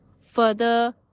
further